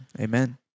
Amen